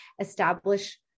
establish